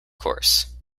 course